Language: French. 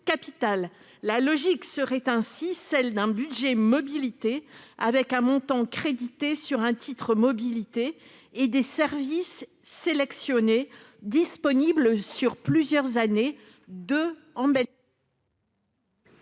La logique serait ainsi celle d'un budget mobilité, avec un montant crédité sur un titre mobilité et des services de mobilité sélectionnés disponibles pendant plusieurs années- en